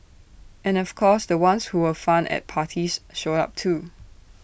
and of course the ones who were fun at parties showed up too